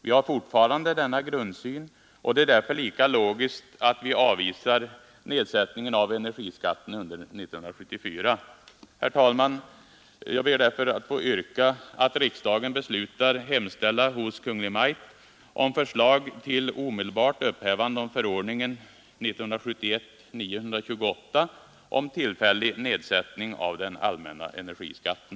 Vi har fortfarande denna grundsyn, och det är därför lika logiskt att vi avvisar nedsättningen av energiskatten under 1974. Herr talman! Jag ber därför att få yrka att riksdagen beslutar hemställa hos Kungl. Maj:t om förslag till omedelbart upphävande av förordningen 1971:928 om tillfällig nedsättning av den allmänna energiskatten.